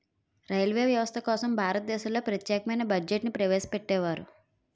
railway వ్యవస్థ కోసం భారతదేశంలో ప్రత్యేకమైన బడ్జెట్ను ప్రవేశపెట్టేవారు